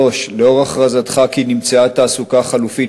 3. לאור הכרזתך כי נמצאה תעסוקה חלופית